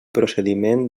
procediment